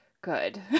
good